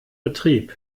betrieb